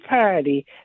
party